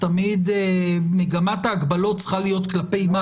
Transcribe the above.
תמיד מגמת ההגבלות צריכה להיות כלפי מטה.